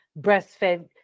breastfed